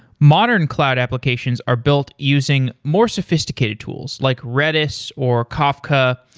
modern cloud applications are built using more sophisticated tools, like redis, or kafka,